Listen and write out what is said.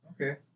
okay